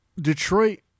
detroit